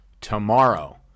tomorrow